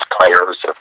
players